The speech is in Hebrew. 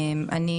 אני